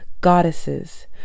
goddesses